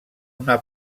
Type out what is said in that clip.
una